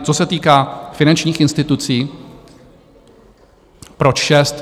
Co se týká finančních institucí, proč šest?